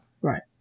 Right